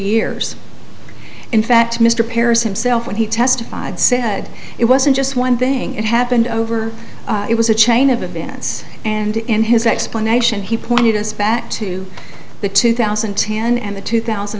years in fact mr perez himself when he testified said it wasn't just one thing it happened over it was a chain of events and in his explanation he pointed us back to the two thousand and ten and the two thousand